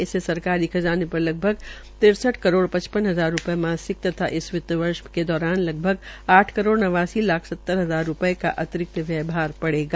इससे सरकारी खज़ाने पर लगभग तिरसठ करोड़ पचपन हजार रूपये मासिक तथा इस वित्त वर्ष के दौरान लगभग आठ करोड़ नवासी लाख सत्तर हजार रूपये का अतिरिक्त व्यय का भार पड़ेगा